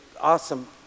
awesome